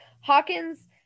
Hawkins